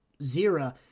Zira